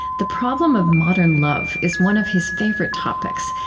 the problem of modern love is one of his favorite topics,